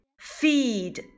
feed